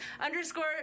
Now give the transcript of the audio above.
underscore